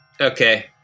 Okay